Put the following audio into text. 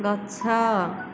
ଗଛ